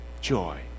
joy